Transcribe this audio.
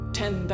ten